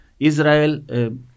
Israel